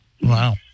Wow